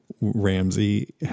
Ramsey